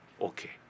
okay